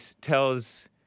tells